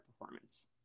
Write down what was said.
performance